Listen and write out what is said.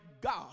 God